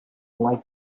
like